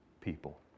people